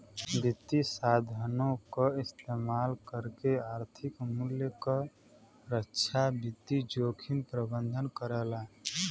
वित्तीय साधनों क इस्तेमाल करके आर्थिक मूल्य क रक्षा वित्तीय जोखिम प्रबंधन करला